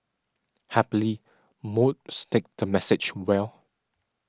happily most take the message well